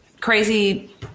crazy